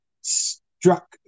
struck